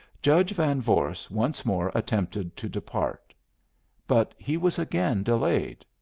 judge van vorst once more attempted to depart but he was again delayed.